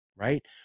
Right